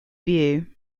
view